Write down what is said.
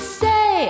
say